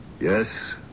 Yes